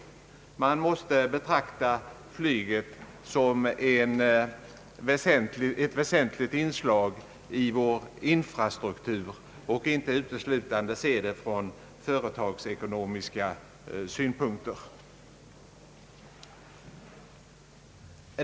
Flyget måste betraktas som ett väsentligt inslag i vår infrastruktur. Man får inte se det uteslutande från företagsekonomiska synpunkter.